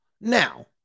Now